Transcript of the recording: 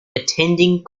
attending